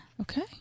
Okay